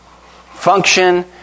Function